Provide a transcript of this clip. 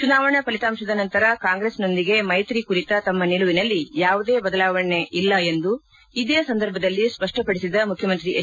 ಚುನಾವಣೆ ಫಲಿತಾಂಶದ ನಂತರ ಕಾಂಗ್ರೆಸ್ನೊಂದಿಗೆ ಮೈತ್ರಿ ಕುರಿತ ತಮ್ಮ ನಿಲುವಿನಲ್ಲಿ ಯಾವುದೇ ಬದಲಾವಣೆ ಇಲ್ಲ ಎಂದು ಇದೇ ಸಂದರ್ಭದಲ್ಲಿ ಸ್ಪಷ್ಟಪಡಿಸಿದ ಮುಖ್ಕಮಂತ್ರಿ ಎಚ್